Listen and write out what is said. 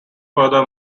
further